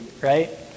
right